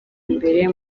imbere